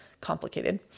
Complicated